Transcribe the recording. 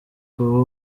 kuba